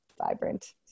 vibrant